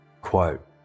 quote